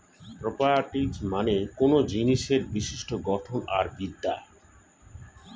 properties মানে কোনো জিনিসের বিশিষ্ট গঠন আর বিদ্যা